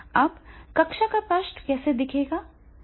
अब कक्षा का पृष्ठ कैसे दिखेगा